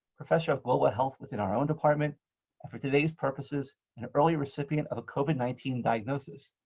professor of global health within our own department, and for today's purposes, an early recipient of a covid nineteen diagnosis.